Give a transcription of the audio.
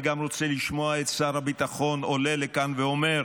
אני גם רוצה לשמוע את שר הביטחון עולה לכאן ואומר: